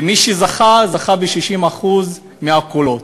ומי שזכה זכה ב-60% מהקולות.